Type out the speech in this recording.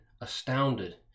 astounded